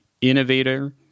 innovator